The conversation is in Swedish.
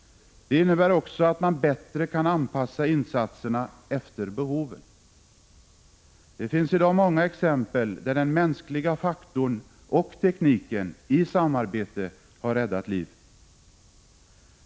Det innebär också att man bättre kan anpassa insatserna efter behoven. Det finns många exempel där den mänskliga faktorn och tekniken i samarbete har räddat liv.